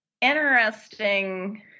interesting